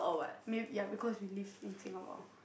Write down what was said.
may ya because we live in Singapore